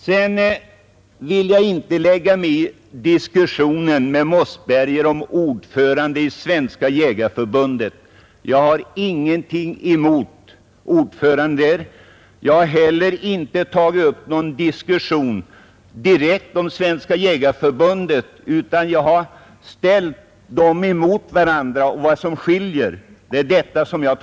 Jag vill inte ge mig in i diskussion med herr Mossberger om ordföranden i Svenska jägareförbundet; jag har ingenting emot ordföranden där. Jag har heller inte tagit upp någon diskussion om Svenska jägareförbundet, utan jag har bara ställt organisationerna mot varandra och redogjort för vad som skiljer.